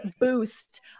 boost